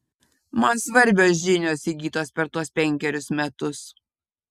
man svarbios žinios įgytos per tuos penkerius metus